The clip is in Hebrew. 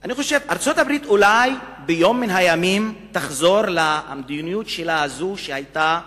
אני חושב שארצות-הברית אולי ביום מהימים תחזור למדיניות שהיתה,